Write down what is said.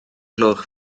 gloch